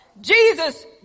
Jesus